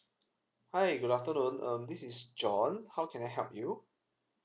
hi good afternoon um this is john how can I help you